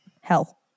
hell